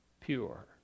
pure